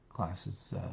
Classes